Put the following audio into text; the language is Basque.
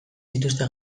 dituzte